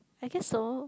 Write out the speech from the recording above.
I guess so